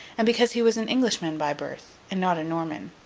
and because he was an englishman by birth and not a norman.